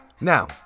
Now